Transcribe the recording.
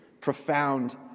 profound